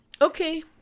Okay